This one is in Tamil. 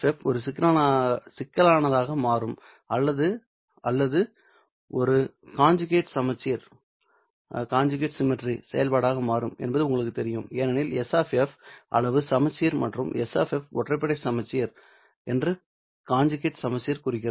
S ஒரு சிக்கலானதாக மாறும் அல்லது அல்லது இது ஒரு காஞ்சுகேட் சமச்சீர் செயல்பாடாக மாறும் என்பது உங்களுக்குத் தெரியும் ஏனெனில் S அளவு சமச்சீர் மற்றும் S ஒற்றைப்படை சமச்சீர் என்று காஞ்சுகேட் சமச்சீர் குறிக்கிறது